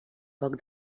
poc